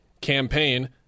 campaign